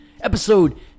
Episode